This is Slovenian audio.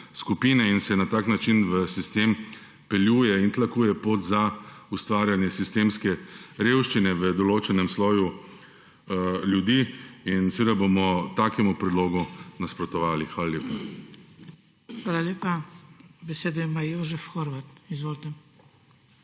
in se na tak način v sistem vpeljuje in tlakuje pot za ustvarjanje sistemske revščine v določenem sloju ljudi in seveda bomo takemu predlogu nasprotovali. Hvala lepa. **PODPREDSEDNIK BRANKO SIMONOVIČ:** Hvala lepa. Besedo ima Jožef Horvat, izvolite.